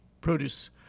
produce